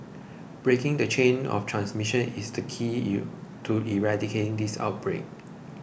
breaking the chain of transmission is the key U to eradicating this outbreak